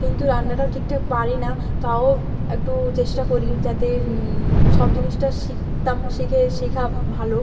কিন্তু রান্নাটা ঠিক ঠাক পারি না তাও একটু চেষ্টা করি যাতে সব জিনিসটা শিখতাম শিখে শেখা ভালো